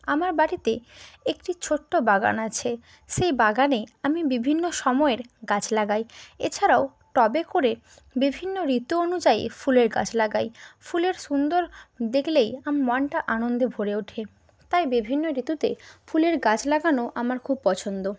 আমার বাড়িতে একটি ছোট্টো বাগান আছে সেই বাগানে আমি বিভিন্ন সময়ের গাছ লাগাই এছাড়াও টবে করে বিভিন্ন ঋতু অনুযায়ী ফুলের গাছ লাগাই ফুলের সুন্দর দেখলেই আমার মনটা আনন্দে ভরে ওঠে তাই বিভিন্ন ঋতুতে ফুলের গাছ লাগানো আমার খুব পছন্দ